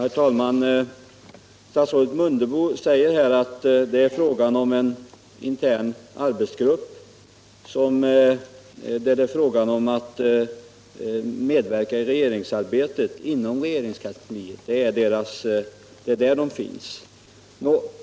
Herr talman! Statsrådet Mundebo säger att det är fråga om en intern arbetsgrupp, vars uppgift är att medverka i regeringsarbetet inom regeringskansliet. Det är där den finns.